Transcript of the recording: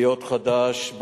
סיעות חד"ש,